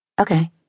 Okay